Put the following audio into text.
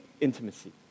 Intimacy